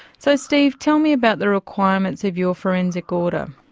so steve, tell me about the requirements of your forensic order.